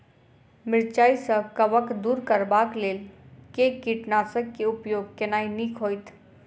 मिरचाई सँ कवक दूर करबाक लेल केँ कीटनासक केँ उपयोग केनाइ नीक होइत?